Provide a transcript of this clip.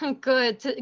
Good